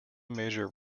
major